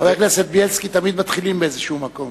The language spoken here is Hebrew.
חבר הכנסת בילסקי, תמיד מתחילים מאיזשהו מקום.